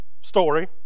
story